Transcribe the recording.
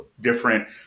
different –